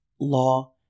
law